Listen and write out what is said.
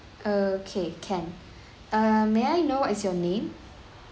okay can err may I know what is your name